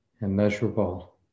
immeasurable